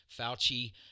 Fauci